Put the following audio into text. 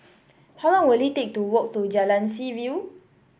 how long will it take to walk to Jalan Seaview